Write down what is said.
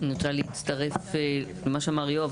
אני נוטה להצטרף למה שאמר יואב.